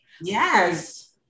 Yes